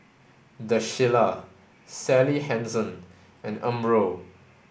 The Shilla Sally Hansen and Umbro